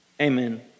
Amen